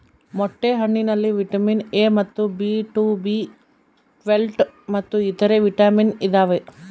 ಮೊಟ್ಟೆ ಹಣ್ಣಿನಲ್ಲಿ vitamin A ಮತ್ತು ಬಿ ಟು ಬಿ ಟ್ವೇಲ್ವ್ ಮತ್ತು ಇತರೆ ವಿಟಾಮಿನ್ ಇದಾವೆ